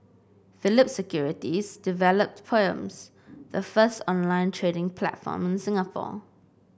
Phillip Securities developed poems the first online trading platform in Singapore